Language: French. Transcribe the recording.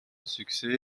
succès